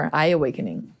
eye-awakening